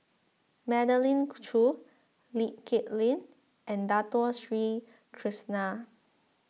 Magdalene Khoo Lee Kip Lin and Dato Sri Krishna